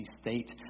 state